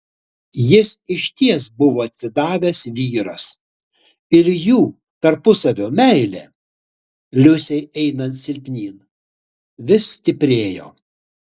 jis išties buvo atsidavęs vyras ir jų tarpusavio meilė liusei einant silpnyn vis stiprėjo